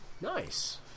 nice